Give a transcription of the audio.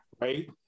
Right